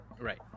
Right